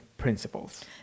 principles